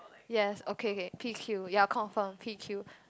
yes okay okay P_Q ya confirm P_Q